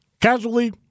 casually